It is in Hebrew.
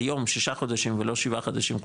היום שישה חודשים ולא שבעה חודשים,